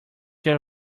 your